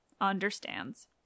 understands